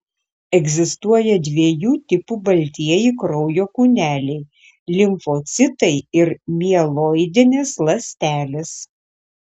egzistuoja dviejų tipų baltieji kraujo kūneliai limfocitai ir mieloidinės ląstelės